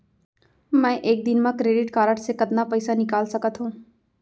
मैं एक दिन म क्रेडिट कारड से कतना पइसा निकाल सकत हो?